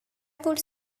would